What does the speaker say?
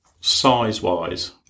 size-wise